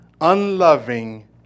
unloving